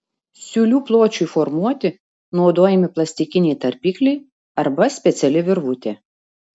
siūlių pločiui formuoti naudojami plastikiniai tarpikliai arba speciali virvutė